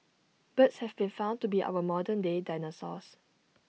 birds have been found to be our modern day dinosaurs